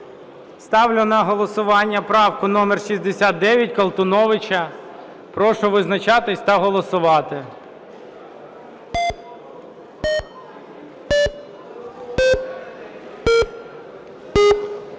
Ставлю на голосування правку номер 69 Колтуновича. Прошу визначатись та голосувати.